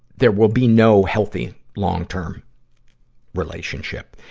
there will be no healthy, long-term relationship.